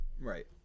Right